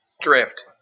Drift